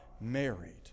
married